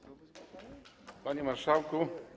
Panie Marszałku!